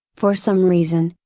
for some reason,